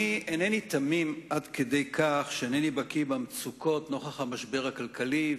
אני אינני תמים עד כדי כך שאינני בקי במצוקות נוכח המשבר הכלכלי,